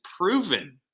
proven